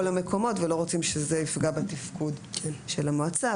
המקומות ולא רוצים שזה יפגע בתפקוד של המועצה,